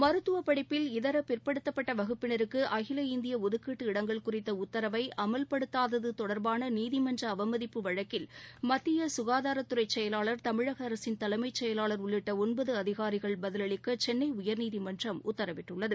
மருத்துவ படிப்பில் இதர பிற்படுத்தப்பட்ட வகுப்பினருக்கு அகில இந்திய ஒதுக்கீட்டு இடங்கள் குறித்த உத்தரவை அமவ்படுத்தாதது தொடர்பான நீதிமன்ற அவமதிப்பு வழக்கில் மத்திய கங்காரத்துறை செயலாளா் தமிழக அரசின் தலைமைச் செயலாளா் உள்ளிட்ட ஒன்பது அதிகாரிகள் பதிலளிக்க சென்னை உயர்நீதிமன்றம் உத்தரவிட்டுள்ளது